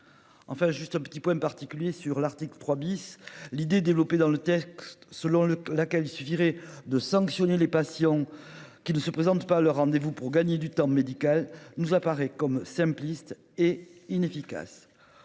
Enfin, juste un petit point particulier sur l'article 3 bis. L'idée développée dans le texte selon le la laquelle il suffirait de sanctionner les patients. Qui ne se présente pas le rendez vous pour gagner du temps médical nous apparaît comme simpliste et inefficace.